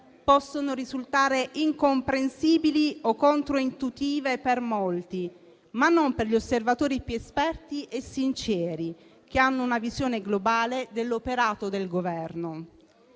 possono risultare incomprensibili o contro-intuitive per molti, ma non per gli osservatori più esperti e sinceri, che hanno una visione globale dell'operato del Governo.